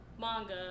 manga